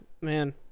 man